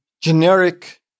generic